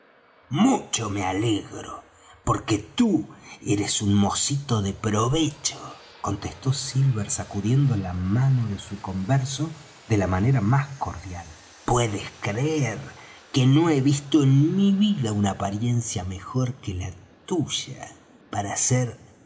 que me alegro porque tu eres un mocito de provecho contestó silver sacudiendo la mano de su converso de la manera más cordial puedes creer que no he visto en mi vida una apariencia mejor que la tuya para ser